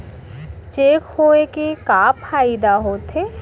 Cheque होए के का फाइदा होथे?